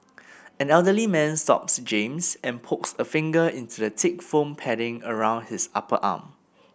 an elderly man stops James and pokes a finger into the thick foam padding around his upper arm